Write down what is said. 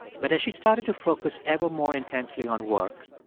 but as she started to focus ever more intensely on work,